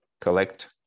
collect